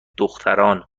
دختران